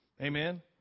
Amen